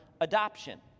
adoption